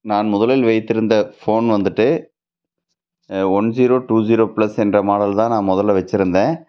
நான் முதலில் வைத்திருந்த ஃபோன் வந்துட்டு one zero two zero plus என்ற மாடல் தான் முதலில் வச்சுருந்தேன்